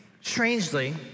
strangely